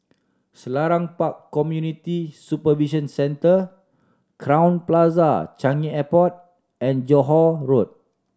Selarang Park Community Supervision Centre Crowne Plaza Changi Airport and Johore Road